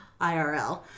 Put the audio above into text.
IRL